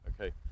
okay